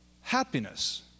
happiness